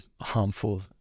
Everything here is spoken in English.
harmful